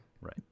right